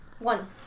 One